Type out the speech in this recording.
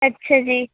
ਅੱਛਾ ਜੀ